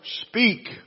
speak